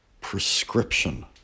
prescription